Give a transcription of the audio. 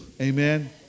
Amen